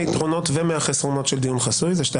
היתרון וגם החיסרון של דיון חסוי הוא שאתה